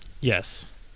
Yes